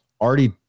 already